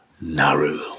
Naru